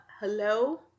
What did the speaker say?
Hello